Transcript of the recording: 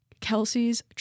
Kelsey's